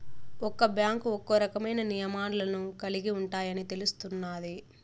ఒక్క బ్యాంకు ఒక్కో రకమైన నియమాలను కలిగి ఉంటాయని తెలుస్తున్నాది